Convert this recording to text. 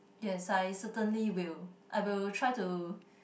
yes I certainly will I will try to